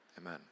amen